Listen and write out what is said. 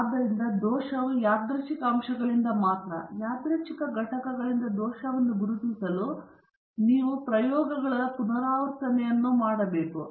ಆದ್ದರಿಂದ ದೋಷ ಯಾದೃಚ್ಛಿಕ ಅಂಶಗಳಿಂದ ಮಾತ್ರ ಮತ್ತು ಯಾದೃಚ್ಛಿಕ ಘಟಕಗಳಿಂದ ದೋಷವನ್ನು ಗುರುತಿಸಲು ನೀವು ಪ್ರಯೋಗಗಳ ಪುನರಾವರ್ತನೆಗಳನ್ನು ಮಾಡಬೇಕು